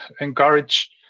encourage